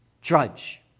Drudge